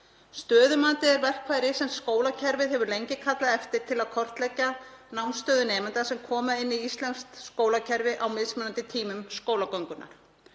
Stöðumatið er verkfæri sem skólakerfið hefur lengi kallað eftir til að kortleggja námsstöðu nemenda sem koma inn í íslenskt skólakerfi á mismunandi tímum skólagöngunnar.